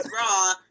raw